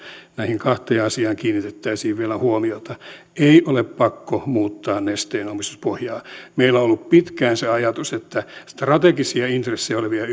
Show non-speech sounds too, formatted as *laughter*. näihin kahteen asiaan kiinnitettäisiin vielä huomiota ei ole pakko muuttaa nesteen omistuspohjaa meillä on ollut pitkään se ajatus että strategisia intressejä olevia *unintelligible*